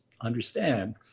understand